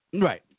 Right